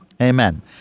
Amen